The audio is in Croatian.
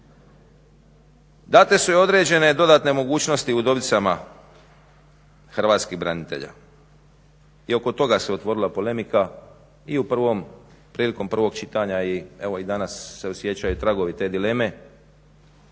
Date su i određene dodatne mogućnosti udovicama hrvatskih branitelja. I oko toga se otvorila polemika i prilikom prvog čitanja i evo i danas se osjećaju tragovi te dileme.